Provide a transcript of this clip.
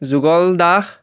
Jugal Das